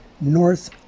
north